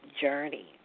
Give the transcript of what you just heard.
journey